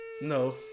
No